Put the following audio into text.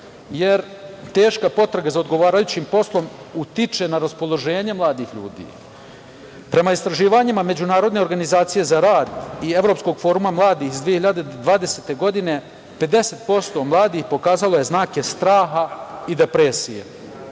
jer teška potraga za odgovarajućim poslom utiče na raspoloženje mladih ljudi. Prema istraživanjima Međunarodne organizacije za rad i Evropskog foruma mladih iz 2020. godine, 50% mladih pokazalo je znake straha i depresije.